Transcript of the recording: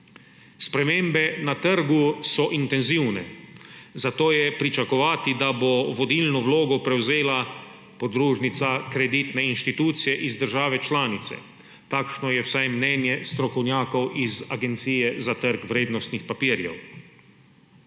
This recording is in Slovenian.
Spremembe na trgu so intenzivne, zato je pričakovati, da bo vodilno vlogo prevzela podružnica kreditne institucije iz države članice. Takšno je vsaj mnenje strokovnjakov iz Agencije za trg vrednostnih papirjev.